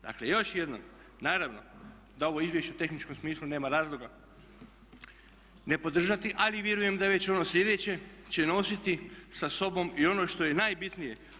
Dakle još jednom, naravno da ovo izvješće u tehničkom smislu nema razloga ne podržati ali vjerujem da već ono sljedeće će nositi sa sobom i ono što je najbitnije.